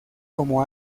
como